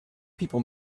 people